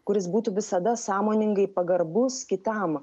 kuris būtų visada sąmoningai pagarbus kitam